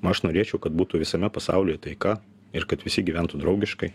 aš norėčiau kad būtų visame pasaulyje taika ir kad visi gyventų draugiškai